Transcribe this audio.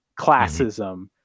classism